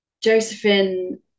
Josephine